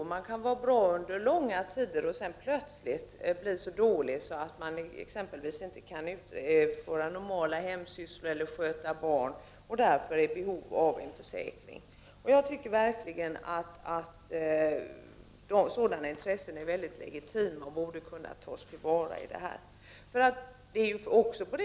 Man kan vara bra en lång tid för att sedan plötsligt bli så dålig att man exempelvis inte kan utföra normala hemsysslor eller sköta barn. Därför är man i behov av en försäkring. Jag tycker verkligen att sådana intressen är synnerligen legitima och borde kunna tas till vara.